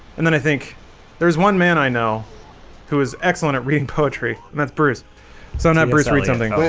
and then i think there's one man, i know who is excellent at reading poetry that's bruce some that bruce read something okay?